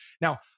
Now